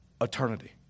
eternity